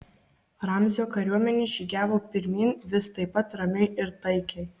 ramzio kariuomenė žygiavo pirmyn vis taip pat ramiai ir taikiai